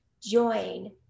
join